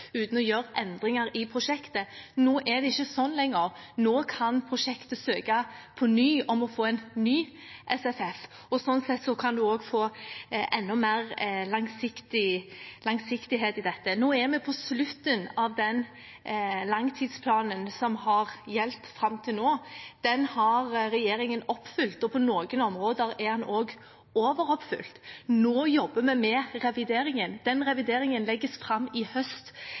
uten å gjøre endringer i prosjektet. Nå er det ikke sånn lenger. Nå kan prosjektet søke på ny om å få en ny SFF, og sånn sett kan en også få enda mer langsiktighet i dette. Nå er vi på slutten av den langtidsplanen som har gjeldt fram til nå. Den har regjeringen oppfylt, og på noen områder er den også overoppfylt. Nå jobber vi med revideringen. Den revideringen legges fram i høst,